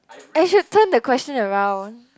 I should turn the question around